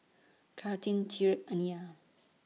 Carlyn Tyreek Aniya